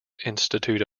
institute